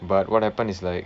but what happened is like